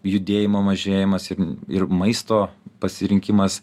judėjimo mažėjimas ir ir maisto pasirinkimas